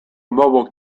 mobile